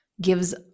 gives